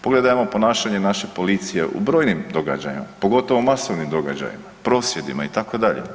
Pogledajmo ponašanje naše policije u brojnim događanjima, pogotovo masovnim događajima, prosvjedima itd.